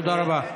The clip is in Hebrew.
תודה רבה.